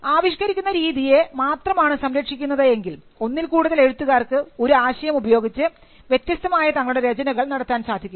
ആവിഷ്കരിക്കുന്ന രീതിയെ മാത്രമാണ് സംരക്ഷിക്കുന്നത് എങ്കിൽ ഒന്നിൽ കൂടുതൽ എഴുത്തുകാർക്ക് ഒരു ആശയം ഉപയോഗിച്ച് വ്യത്യസ്തമായ തങ്ങളുടെ രചനകൾ നടത്താൻ സാധിക്കും